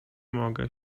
mogę